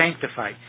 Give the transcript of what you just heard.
sanctified